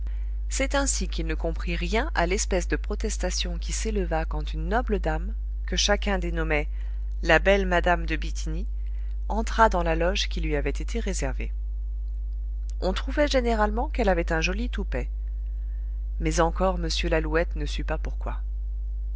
c'est ainsi qu'il ne comprit rien à l'espèce de protestation qui s'éleva quand une noble dame que chacun dénommait la belle mme de bithynie entra dans la loge qui lui avait été réservée on trouvait généralement qu'elle avait un joli toupet mais encore m lalouette ne sut pas pourquoi